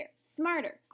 smarter